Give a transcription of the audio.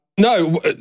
No